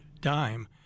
dime